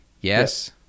Yes